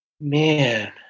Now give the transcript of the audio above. Man